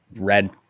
red